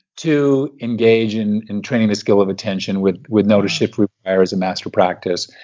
two, engage in in training the skill of attention with with notice, shift, rewire as a master practice,